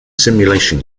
simulation